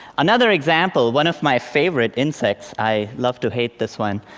another example, one of my favorite insects, i love to hate this one,